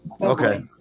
Okay